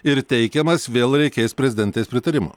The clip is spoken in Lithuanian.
ir teikiamas vėl reikės prezidentės pritarimo